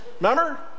Remember